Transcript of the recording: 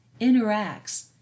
interacts